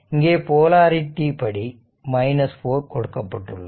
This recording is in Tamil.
இங்கே போலரிடிப்படி 4 கொடுக்கப்பட்டுள்ளது